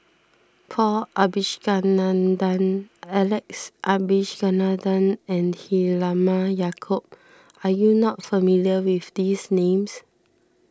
Paul Abisheganaden Alex Abisheganaden and Halimah Yacob are you not familiar with these names